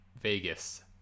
Vegas